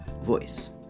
voice